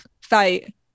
fight